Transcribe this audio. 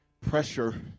pressure